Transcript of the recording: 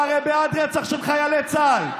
אתה הרי בעד רצח של חיילי צה"ל.